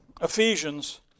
Ephesians